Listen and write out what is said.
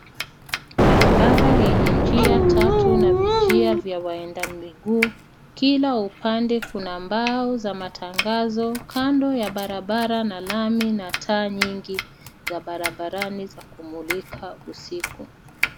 Barabara yenye njia tatu na vijia vya waenda miguu. Kila upande kuna mbao za matangazo kando ya barabara na lami na taa nyingi za barabarani za kumulika usiku.